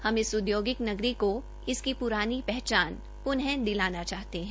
हम हस औद्योगिक नगरी को इसकी प्रानी पहचान प्नः दिलाना चाहते है